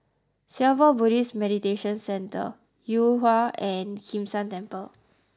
Singapore Buddhist Meditation Centre Yuhua and Kim San Temple